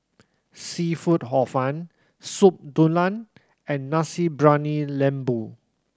seafood Hor Fun Soup Tulang and Nasi Briyani Lembu